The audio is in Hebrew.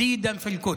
באל-קודס.